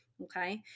Okay